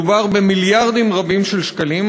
מדובר במיליארדים רבים של שקלים.